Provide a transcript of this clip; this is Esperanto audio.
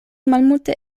malmulte